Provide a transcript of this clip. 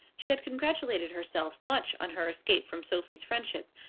she had congratulated herself much on her escape from sophie's friendship,